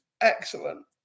excellent